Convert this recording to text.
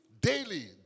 daily